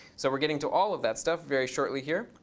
so we're getting to all of that stuff very shortly here.